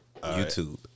YouTube